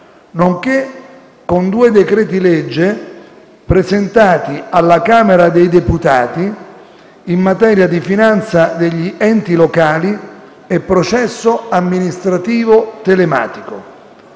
nonché con due decreti-legge presentati alla Camera dei deputati in materia di finanza degli enti locali e processo amministrativo telematico.